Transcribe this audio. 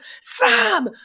Sam